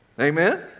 Amen